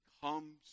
comes